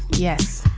yes,